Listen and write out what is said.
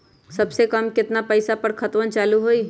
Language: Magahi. सबसे कम केतना पईसा पर खतवन चालु होई?